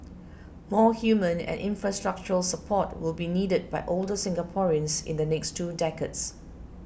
more human and infrastructural support will be needed by older Singaporeans in the next two decades